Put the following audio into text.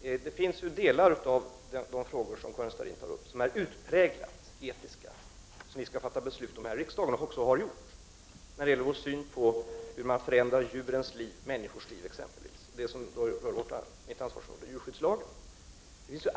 menar. Delar av de frågor som Karin Starrin tar upp är utpräglat etiska. Dessa frågor skall riksdagen fatta beslut om och så har också gjorts. Det gäller t.ex. vår syn på hur man förändrar djurs och människors liv, det som exempelvis rör mitt ansvarsområde djurskyddslagen.